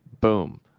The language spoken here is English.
Boom